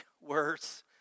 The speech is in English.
worse